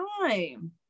time